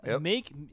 make